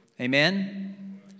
amen